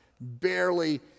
barely